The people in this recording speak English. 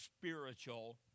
spiritual